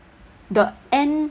the end